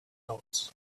dots